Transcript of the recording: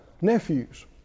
nephews